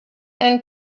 and